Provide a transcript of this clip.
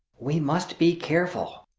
we must be careful!